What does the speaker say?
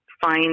find